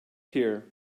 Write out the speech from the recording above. here